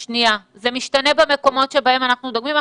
--- זה משתנה במקומות שבהם אנחנו דוגמים.